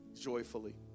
joyfully